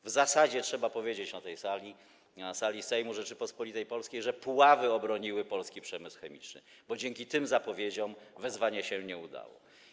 W zasadzie trzeba powiedzieć na tej sali, na sali Sejmu Rzeczypospolitej Polskiej, że Puławy obroniły polski przemysł chemiczny, bo dzięki tym zapowiedziom wezwanie się nie udało.